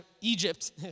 Egypt